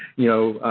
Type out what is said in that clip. you know,